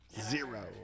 zero